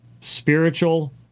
spiritual